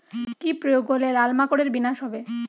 কি প্রয়োগ করলে লাল মাকড়ের বিনাশ হবে?